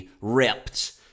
ripped